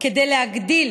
כדי להגדיל